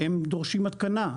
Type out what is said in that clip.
דורשים התקנה,